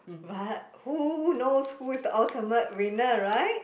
but who knows who is the ultimate winner right